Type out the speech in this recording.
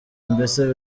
mbese